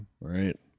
Right